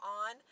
on